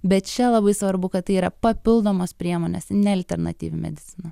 bet čia labai svarbu kad tai yra papildomos priemonės ne alternatyvi medicina